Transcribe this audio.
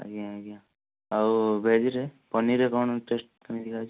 ଆଜ୍ଞା ଆଜ୍ଞା ଆଉ ଭେଜରେ ପନିର୍ରେ କ'ଣ ଟେଷ୍ଟ କେମିତିକା ଅଛି